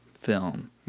film